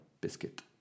biscuit